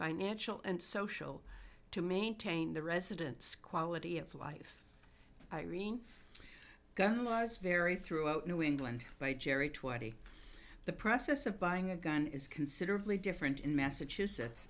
financial and social to maintain the residents quality of life irene gun was very throughout new england by jerry twenty the process of buying a gun is considerably different in massachusetts